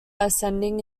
ascending